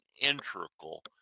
integral